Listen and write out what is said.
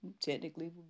technically